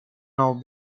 now